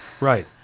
Right